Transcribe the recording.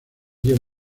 lleva